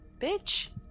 bitch